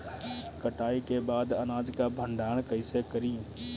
कटाई के बाद अनाज का भंडारण कईसे करीं?